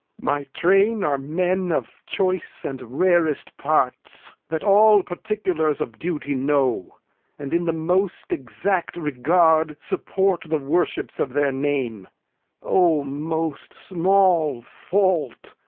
my train are men of choice and rarest parts, that all particulars of duty know and in the most exact regard support the worships of their name o most small fault,